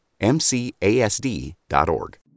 MCASD.org